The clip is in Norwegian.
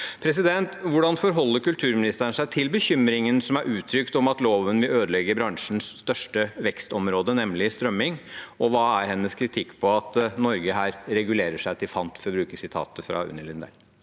får lide». Hvordan forholder kulturministeren seg til bekymringen som er uttrykt, om at loven vil ødelegge bransjens største vekstområde, nemlig strømming, og hva er hennes svar på kritikken om at Norge her regulerer seg til fant, for å bruke sitatet fra Unni Lindell?